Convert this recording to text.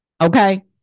Okay